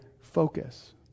focus